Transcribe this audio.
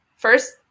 First